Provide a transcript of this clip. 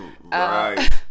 Right